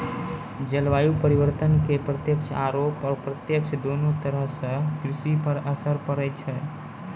जलवायु परिवर्तन के प्रत्यक्ष आरो अप्रत्यक्ष दोनों तरह सॅ कृषि पर असर पड़ै छै